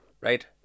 right